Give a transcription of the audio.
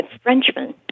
Frenchman